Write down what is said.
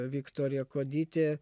viktorija kuodytė